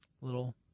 Little